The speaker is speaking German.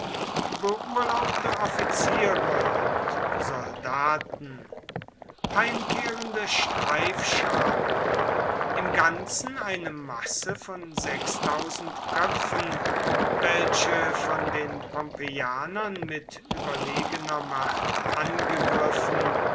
beurlaubte offiziere und soldaten heimkehrende streifscharen im ganzen eine masse von köpfen welche von den pompeianern mit überlegener macht angegriffen